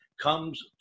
comes